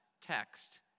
text